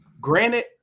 Granted